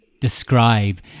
describe